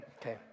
okay